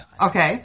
Okay